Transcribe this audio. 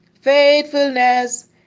faithfulness